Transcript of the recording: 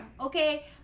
okay